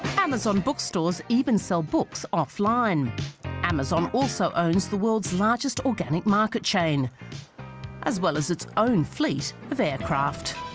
amazon bookstores even sell books offline amazon also owns the world's largest organic market chain as well as its own fleet of aircraft